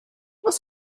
was